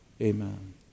amen